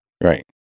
Right